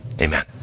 Amen